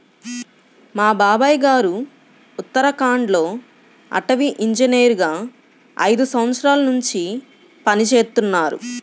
మా బాబాయ్ గారు ఉత్తరాఖండ్ లో అటవీ ఇంజనీరుగా ఐదు సంవత్సరాల్నుంచి పనిజేత్తన్నారు